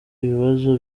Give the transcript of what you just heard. ibibazo